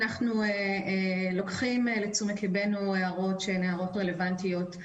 אנחנו לוקחים לתשומת ליבנו הערות שהן הערות רלוונטיות.